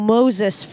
Moses